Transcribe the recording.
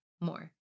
more